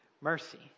mercy